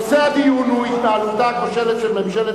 נושא הדיון הוא התנהלותה הכושלת של ממשלת